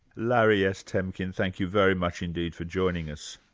larry s. temkin, thank you very much indeed for joining us.